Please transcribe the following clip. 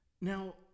Now